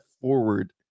forward